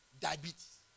Diabetes